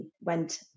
went